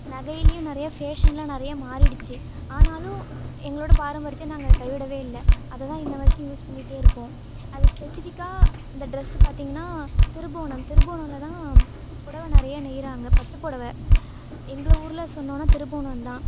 நகையிலேயும் நிறையா ஃபேஷன்லாம் நிறையா மாறிடித்து ஆனாலும் எங்களோடய பாரம்பரியத்தை நாங்கள் கைவிடவே இல்லை அதை தான் இன்று வரைக்கும் யூஸ் பண்ணிகிட்டே இருக்கோம் அதை ஸ்பெசிஃபிக்காக இந்த ட்ரெஸ்ஸு பார்த்திங்கன்னா திருபுவனம் திருபுவனமில் தான் பொடவை நிறையா நெய்கிறாங்க பட்டுப் பொடவை எங்கள் ஊரில் சொல்லணும்னா திருபுவனம் தான்